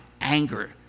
anger